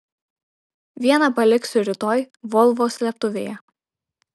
vieną paliksiu rytoj volvo slėptuvėje